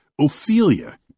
Ophelia